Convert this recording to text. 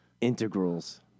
integrals